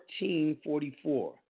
1444